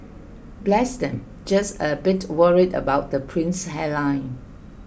bless them just a bit worried about the prince's hairline